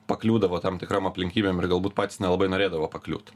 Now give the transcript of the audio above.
pakliūdavo tam tikrom aplinkybėm ir galbūt patys nelabai norėdavo pakliūt